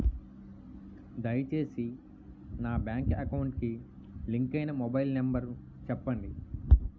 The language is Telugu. దయచేసి నా బ్యాంక్ అకౌంట్ కి లింక్ అయినా మొబైల్ నంబర్ చెప్పండి